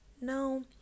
no